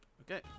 Okay